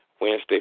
Wednesday